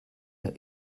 der